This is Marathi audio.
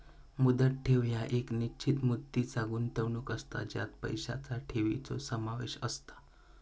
मुदत ठेव ह्या एक निश्चित मुदतीचा गुंतवणूक असता ज्यात पैशांचा ठेवीचो समावेश असता